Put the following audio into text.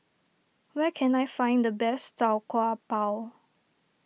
where can I find the best Tau Kwa Pau